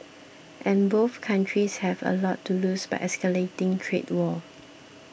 and both countries have a lot to lose by escalating trade war